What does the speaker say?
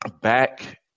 back